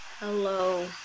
Hello